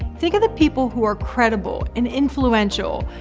think of the people who are credible and influential,